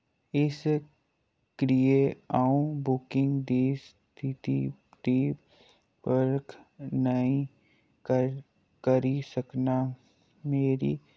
इस करियै अ'ऊं बुकिंग दी स्थिति दी परख नेईं करी सकनां मेरी